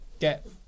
get